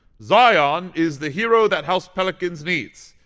zion is the hero that house pelicans needs,